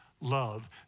love